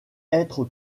être